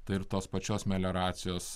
tai ir tos pačios melioracijos